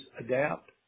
adapt